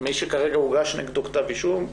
מי שכרגע הוגש נגדו כתב אישום,